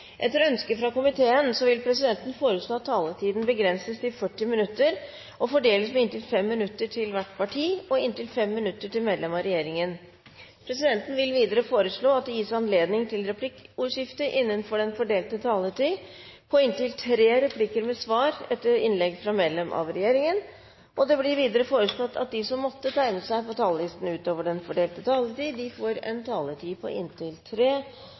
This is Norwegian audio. Etter ønske fra næringskomiteen vil presidenten foreslå at taletiden begrenses til 40 minutter og fordeles med inntil 5 minutter til hvert parti og inntil 5 minutter til medlem av regjeringen. Videre vil presidenten foreslå at det gis anledning til replikkordskifte på inntil tre replikker med svar etter innlegg fra medlem av regjeringen innenfor den fordelte taletid. Videre blir det foreslått at de som måtte tegne seg på talerlisten utover den fordelte taletid, får en taletid på inntil